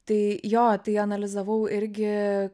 tai jo tai analizavau irgi